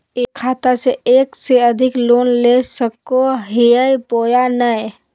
एक खाता से एक से अधिक लोन ले सको हियय बोया नय?